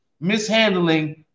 mishandling